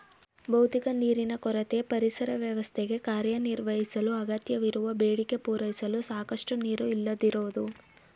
ಭೌತಿಕ ನೀರಿನ ಕೊರತೆ ಪರಿಸರ ವ್ಯವಸ್ಥೆಗೆ ಕಾರ್ಯನಿರ್ವಹಿಸಲು ಅಗತ್ಯವಿರುವ ಬೇಡಿಕೆ ಪೂರೈಸಲು ಸಾಕಷ್ಟು ನೀರು ಇಲ್ಲದಿರೋದು